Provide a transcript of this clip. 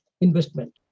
investment